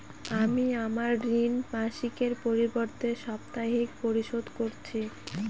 আমি আমার ঋণ মাসিকের পরিবর্তে সাপ্তাহিক পরিশোধ করছি